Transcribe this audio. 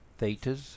Thetas